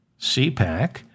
CPAC